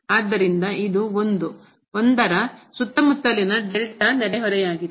ಆದ್ದರಿಂದ ಇದು 1 ರ ಸುತ್ತಮುತ್ತಲಿನ ನೆರೆಹೊರೆಯಾಗಿದೆ